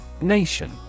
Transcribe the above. Nation